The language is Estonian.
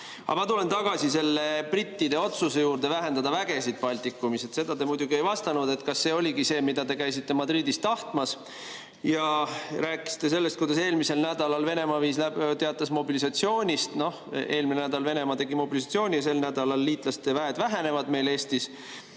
ma tulen tagasi brittide otsuse juurde vähendada vägesid Baltikumis. Sellele te muidugi ei vastanud, et kas see oligi see, mida te käisite Madridis tahtmas, ja rääkisite sellest, kuidas eelmisel nädalal Venemaa teatas mobilisatsioonist. Noh, eelmine nädal Venemaa tegi mobilisatsiooni ja sel nädalal liitlaste väed vähenevad meil Eestis.